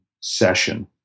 session